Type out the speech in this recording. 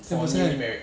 ten percent